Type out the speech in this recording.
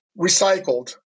recycled